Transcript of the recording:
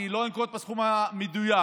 ולא אנקוב בסכום המדויק: